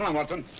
um watson.